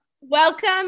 Welcome